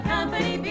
Company